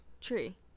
tree